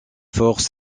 forces